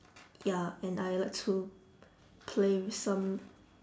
ya and I like to play with some